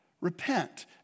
repent